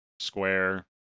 Square